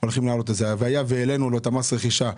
היה והעלנו לו את מס הרכישה,